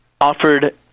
offered